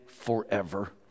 forever